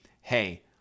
Hey